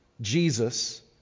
Jesus